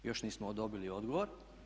Još nismo dobili odgovor.